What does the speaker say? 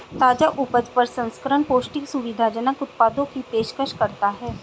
ताजा उपज प्रसंस्करण पौष्टिक, सुविधाजनक उत्पादों की पेशकश करता है